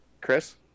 Chris